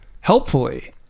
helpfully